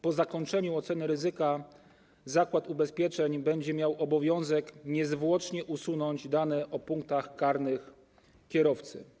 Po zakończeniu oceny ryzyka zakład ubezpieczeń będzie miał obowiązek niezwłocznie usunąć dane o punktach karnych kierowcy.